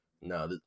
no